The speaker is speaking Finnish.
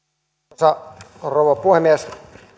arvoisa rouva puhemies